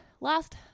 last